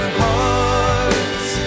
hearts